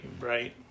right